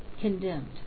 Condemned